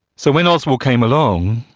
so when oswald came along,